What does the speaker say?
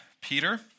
Peter